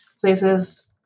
places